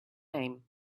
name